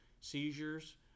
seizures